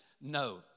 No